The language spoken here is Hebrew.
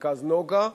"מרכז נגה",